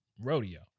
Rodeo